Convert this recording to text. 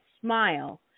smile